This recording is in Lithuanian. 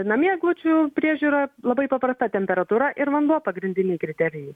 namie eglučių priežiūra labai paprasta temperatūra ir vanduo pagrindiniai kriterijai